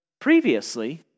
previously